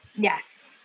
yes